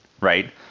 right